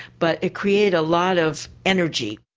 but it created a lot of energy.